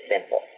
simple